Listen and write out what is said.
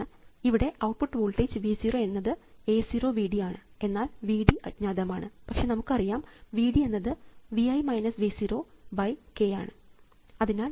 ഇവിടെ output voltage V 0 എന്നത് A 0 V d ആണ് എന്നാൽ V d അജ്ഞാതമാണ് പക്ഷേ നമുക്ക് അറിയാം V d എന്നത് k ആണ്